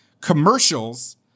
commercials